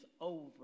over